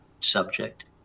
subject